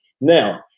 now